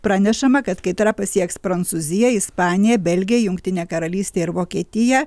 pranešama kad kaitra pasieks prancūziją ispaniją daniją belgiją jungtinę karalystę ir vokietiją